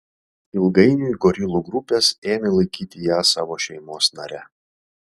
ilgainiui gorilų grupės ėmė laikyti ją savo šeimos nare